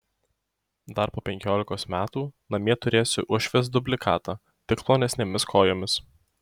dar po penkiolikos metų namie turėsiu uošvės dublikatą tik plonesnėmis kojomis